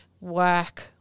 work